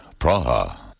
Praha